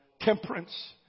temperance